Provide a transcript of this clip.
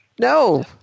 No